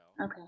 Okay